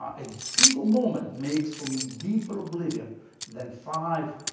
um a single moment makes for me deeper oblivion than five